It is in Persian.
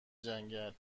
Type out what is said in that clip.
جنگل